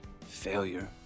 failure